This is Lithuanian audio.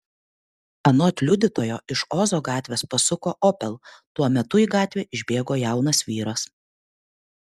anot liudytojo iš ozo gatvės pasuko opel tuo metu į gatvę išbėgo jaunas vyras